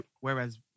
whereas